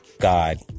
God